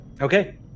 Okay